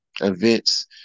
events